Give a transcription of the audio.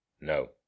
No